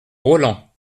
rolland